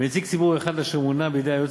ונציג ציבור אחד אשר מונה בידי היועץ